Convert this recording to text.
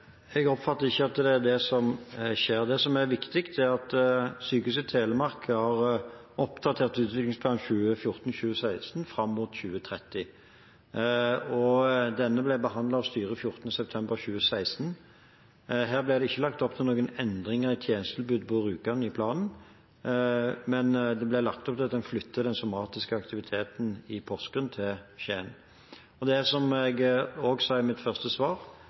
Jeg oppfatter ikke at det er det som skjer. Det som er viktig, er at Sykehuset Telemark har oppdatert utviklingsplanen 2014–2016 fram mot 2030, og denne ble behandlet av styret 14. september 2016. Her ble det ikke lagt opp til noen endringer i tjenestetilbudet på Rjukan i planen, men det ble lagt opp til at en flytter den somatiske aktiviteten i Porsgrunn til Skien. Det er, som jeg også sa i mitt første svar,